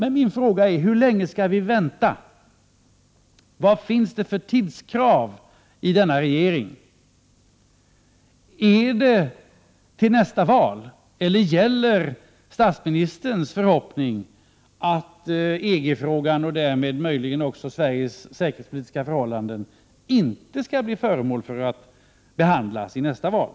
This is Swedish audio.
Min fråga är: Hur länge skall vi vänta? Vad finns det för tidskrav hos regeringen? Är det fram till nästa val eller gäller statsministerns förhoppning att EG-frågan och därmed möjligen också Sveriges säkerhetspolitiska förhållanden inte skall bli föremål för behandling i nästa val?